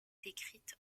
décrite